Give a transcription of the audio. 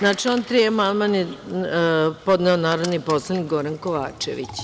Na član 3. amandman je podneo narodni poslanik Goran Kovačević.